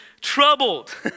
troubled